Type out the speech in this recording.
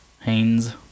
haynes